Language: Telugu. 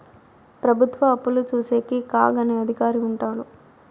ప్రభుత్వ అప్పులు చూసేకి కాగ్ అనే అధికారి ఉంటాడు